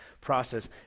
process